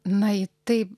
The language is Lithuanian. na ji taip